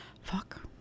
Fuck